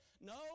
No